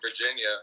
Virginia